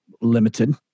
limited